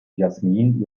jasmin